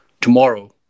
tomorrow